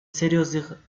серьезных